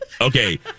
Okay